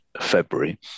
February